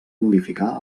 modificar